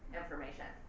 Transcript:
information